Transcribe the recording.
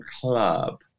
Club